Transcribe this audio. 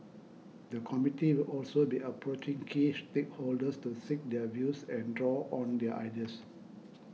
the committee will also be approaching key stakeholders to seek their views and draw on their ideas